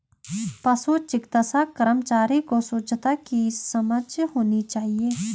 पशु चिकित्सा कर्मचारी को स्वच्छता की समझ होनी चाहिए